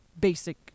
basic